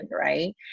right